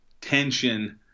tension